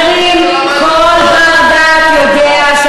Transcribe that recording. אני מציע לך,